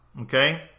okay